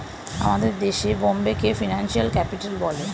আমাদের দেশে বোম্বেকে ফিনান্সিয়াল ক্যাপিটাল বলে